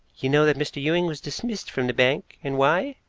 you know that mr. ewing was dismissed from the bank and why?